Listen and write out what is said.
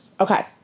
Okay